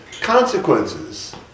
consequences